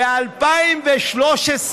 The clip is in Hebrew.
ב-2013,